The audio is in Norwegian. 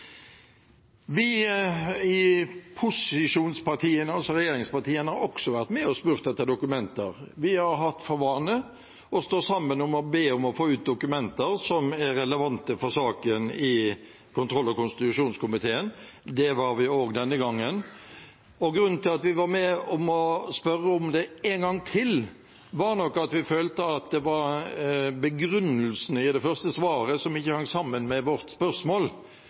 Vi i posisjonspartiene, altså regjeringspartiene, har også vært med og spurt etter dokumenter. Vi har i kontroll- og konstitusjonskomiteen hatt for vane å stå sammen om å be om å få ut dokumenter som er relevante for saken. Det gjorde vi også denne gangen. Grunnen til at vi var med på å spørre om det en gang til, var nok at vi følte at det var begrunnelsen i det første svaret som ikke hang sammen med vårt spørsmål,